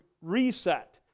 reset